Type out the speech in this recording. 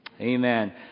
Amen